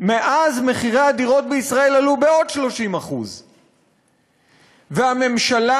ומאז מחירי הדיור בישראל עלו בעוד 30%. והממשלה